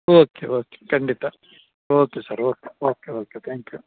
okay okay ಖಂಡಿತ okay sir okay okay okay thank you